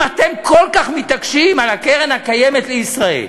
אם אתם כל כך מתעקשים על קרן קיימת לישראל,